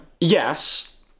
Yes